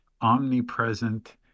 omnipresent